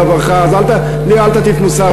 אז לי אל תטיף מוסר.